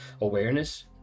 awareness